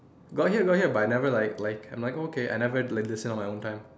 got hear got hear but I never like like I'm okay I never listen at my own time